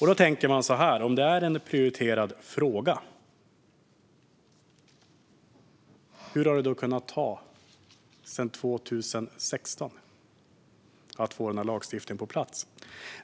Då tänker jag så här: Om det är en prioriterad fråga, hur har det då kunnat ta sedan 2016 att få denna lagstiftning på plats?